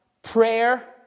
Prayer